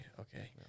Okay